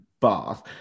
Bath